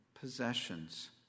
possessions